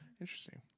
Interesting